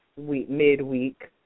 midweek